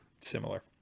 similar